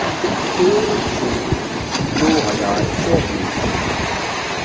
एक जून दो हज़ार चौबीस